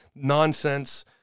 nonsense